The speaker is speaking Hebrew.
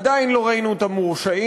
עדיין לא ראינו את המורשעים.